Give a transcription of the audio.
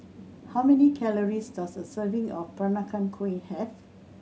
how many calories does a serving of Peranakan Kueh have